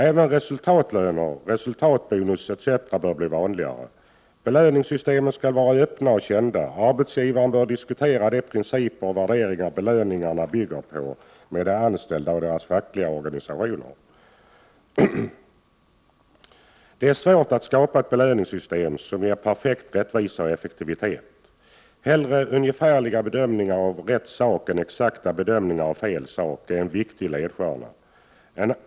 Även resultatlöner, resultatbonus etc. bör bli vanligare. Belöningssystemen skall vara öppna och kända. Arbetsgivaren bör diskutera de principer och värderingar belöningarna bygger på med de anställda och deras fackliga organisationer. Det är svårt att skapa ett belöningssystem som ger perfekt rättvisa och effektivitet. Hellre ungefärliga bedömningar av rätt sak än exakta bedömningar av fel sak, är en viktig ledstjärna.